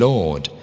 Lord